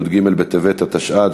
י"ג בטבת התשע"ד,